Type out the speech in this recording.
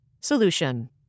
Solution